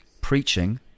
preaching